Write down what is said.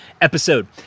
episode